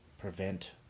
prevent